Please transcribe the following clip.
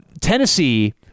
Tennessee